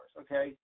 okay